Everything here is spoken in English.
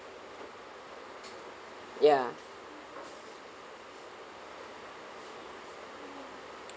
ya